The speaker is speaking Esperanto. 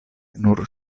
nur